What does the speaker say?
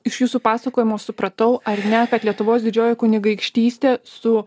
iš jūsų pasakojimo supratau ar ne kad lietuvos didžioji kunigaikštystė su